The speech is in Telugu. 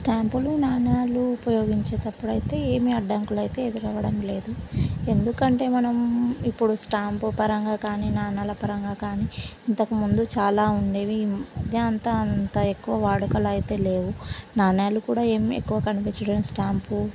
స్టాంపులు నాణ్యాలు ఉపయోగించేటప్పుడు అయితే ఏమి అడ్డంకులు అయితే ఎదురవ్వడం లేదు ఎందుకంటే మనం ఇప్పుడు స్టాంపు పరంగా కానీ నాణ్యాల పరంగా కానీ ఇంతకుముందు చాలా ఉండేవి ఈ మధ్య అంత అంత ఎక్కువ వాడుకలో అయితే లేవు నాణ్యాలు కూడా ఏం ఎక్కువ కనిపించడం స్టాంపు